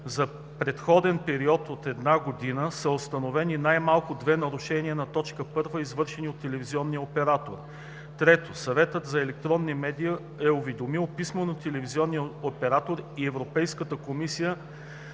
за предходен период от една година са установени най-малко две нарушения на т. 1, извършени от телевизионния оператор; 3. Съветът за електронни медии е уведомил писмено телевизионния оператор и Европейската комисия